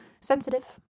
sensitive